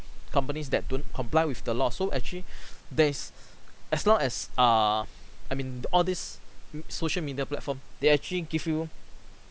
companies that don't comply with the law so actually there is as long as err I mean all these m~ social media platform they actually give you